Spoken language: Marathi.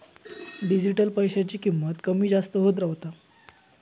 डिजिटल पैशाची किंमत कमी जास्त होत रव्हता